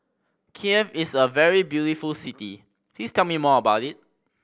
Kiev is a very beautiful city please tell me more about it